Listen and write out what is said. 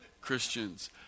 Christians